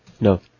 No